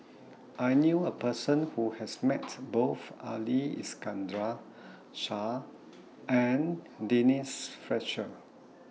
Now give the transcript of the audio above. I knew A Person Who has Met Both Ali Iskandar Shah and Denise Fletcher